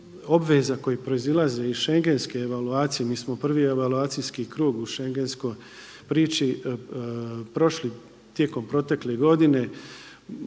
obveza koje proizlaze iz schengenske evaluacije, mi smo prvi evaluacijski krug u schengenskoj priči prošli tijekom protekle godine.